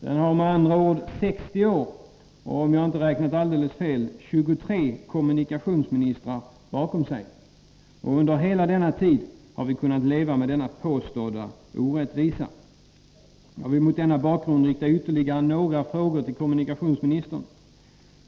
Den har med andra ord 60 år och — om jag inte räknat alldeles fel — 23 kommunikationsministrar bakom sig. Under hela denna tid har vi kunnat leva med denna påstådda orättvisa. Jag vill mot denna bakgrund rikta ytterligare några frågor till kommunikationsministern.